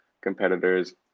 competitors